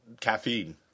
caffeine